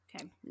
Okay